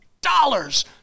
dollars